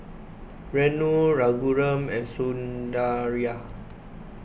Renu Raghuram and Sundaraiah